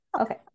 okay